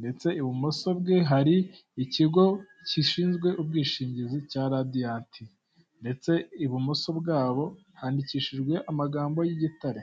ndetse ibumoso bwe hari ikigo gishinzwe ubwishingizi cya Radiant, ndetse ibumoso bwabo handikishijwe amagambo y'igitare.